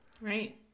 Right